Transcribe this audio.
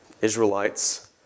Israelites